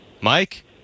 Mike